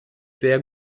sehr